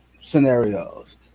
scenarios